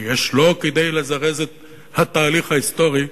שיש לו כדי לזרז את התהליך ההיסטורי,